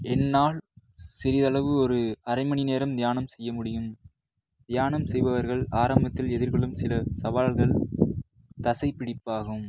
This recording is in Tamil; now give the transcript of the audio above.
என்னால் சிறியளவு ஒரு அரைமணி நேரம் தியானம் செய்ய முடியும் தியானம் செய்பவர்கள் ஆரம்பத்தில் எதிர்கொள்ளும் சில சவால்கள் தசைப்பிடிப்பாகும்